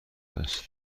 است